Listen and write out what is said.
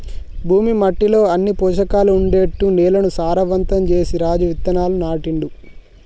భూమి మట్టిలో అన్ని పోషకాలు ఉండేట్టు నేలను సారవంతం చేసి రాజు విత్తనాలు నాటిండు